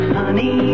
honey